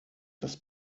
das